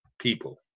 people